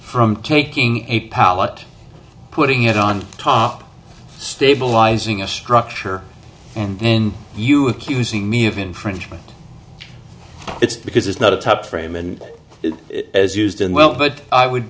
from taking a power but putting it on top of stabilizing a structure when you accusing me of infringement it's because it's not a top frame and as used in well but i would